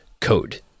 code